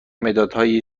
مدادهایی